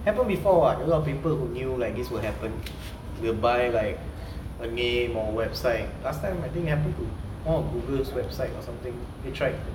happened before what a lot of people who knew like this will happen will buy like a name or website last time I think happened to one of google's website or something they tried to